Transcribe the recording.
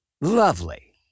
lovely